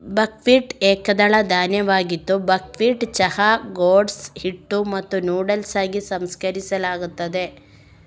buckwheat ಏಕದಳ ಧಾನ್ಯವಾಗಿದ್ದು buckwheat ಚಹಾ, ಗ್ರೋಟ್ಸ್, ಹಿಟ್ಟು ಮತ್ತು ನೂಡಲ್ಸ್ ಆಗಿ ಸಂಸ್ಕರಿಸಲಾಗುತ್ತದೆ